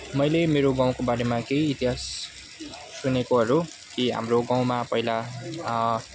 मैले मेरो गाउँको बारेमा केही इतिहास सुनेकोहरू कि हाम्रो गाउँमा पहिला